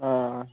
हां